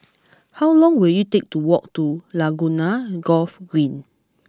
how long will it take to walk to Laguna Golf Green